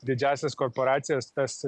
didžiąsias korporacijas tas